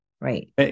Right